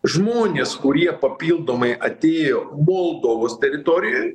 žmonės kurie papildomai atėjo moldovos teritorijoj